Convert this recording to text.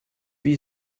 wie